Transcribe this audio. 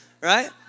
right